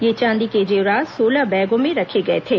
ये चांदी के जेवरात सोलह बैगों में रखे गए थे